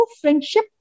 friendship